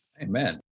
Amen